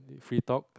free talk